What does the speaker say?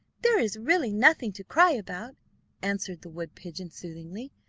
there is really nothing to cry about answered the wood-pigeon soothingly.